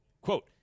Quote